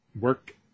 work